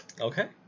Okay